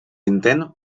intent